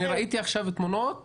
ראיתי עכשיו בתמונות